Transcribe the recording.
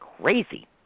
crazy